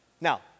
Now